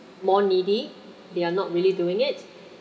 more needy they are not really doing it